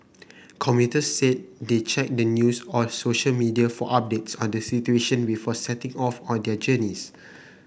commuters said they checked the news or social media for updates on the situation before setting off on their journeys